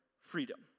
freedom